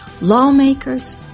lawmakers